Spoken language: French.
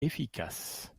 efficaces